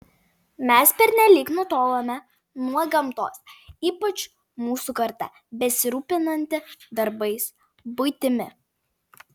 mes pernelyg nutolome nuo gamtos ypač mūsų karta besirūpinanti darbais buitimi